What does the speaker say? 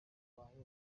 wahera